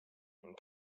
and